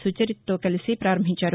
సుచరితతో కలిసి ప్రారంభించారు